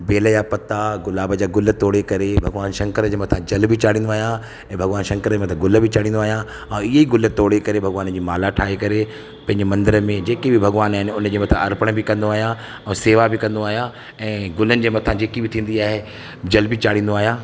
बेल जा पत्ता गुलाब जा गुल तोड़े करे भॻिवान शंकर जे मथां जल बि चाढ़ींदो आहियां ऐं भॻिवान शंकर जे मथां गुल बि चाढ़ींदो आहियां ऐं इहे गुल तोड़े करे भॻिवान जी माला ठाहे करे पंहिंजे मंदर में जेके बि भॻिवान आहिनि उन जे मथां अर्पण बि कंदो आहियां ऐं सेवा बि कंदो आहियां ऐं गुलनि जे मथां जेकी बि थींदी आहे जल बि चाढ़ींदो आहियां